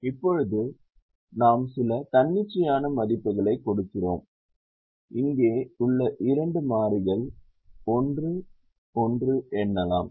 இப்போது நாம் சில தன்னிச்சையான மதிப்புகளைக் கொடுக்கிறோம் இங்கே உள்ள 2 மாறிகளுக்கு 11 எனலாம்